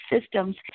systems